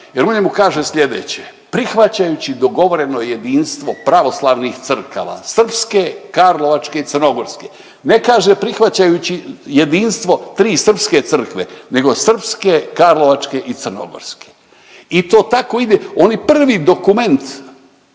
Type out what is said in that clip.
Jer u njemu kaže sljedeće, prihvaćajući dogovoreno jedinstvo pravoslavnih crkava, srpske, karlovačke i crnogorske, ne kaže prihvaćajući jedinstvo tri srpske crkve nego srpske, karlovačke i crnogorske i to tako ide. Oni prvi dokument